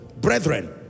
brethren